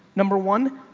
number one,